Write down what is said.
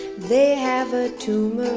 they have a tumor